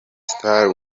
star